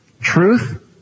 Truth